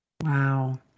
Wow